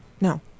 No